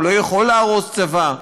הוא לא יכול להרוס צבא.